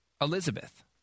Elizabeth